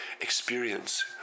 experience